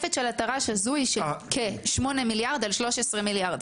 התוספת של התר"ש הזו היא כ-8 מיליארד על 13 מיליארד,